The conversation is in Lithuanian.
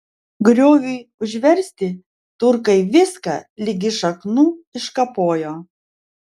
grioviui užversti turkai viską ligi šaknų iškapojo